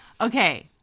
Okay